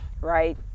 right